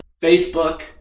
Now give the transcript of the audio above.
Facebook